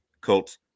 Colts